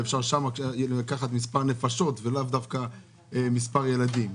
ואפשר שם לקחת מספר נפשות ולאו דווקא מספר ילדים.